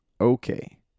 Okay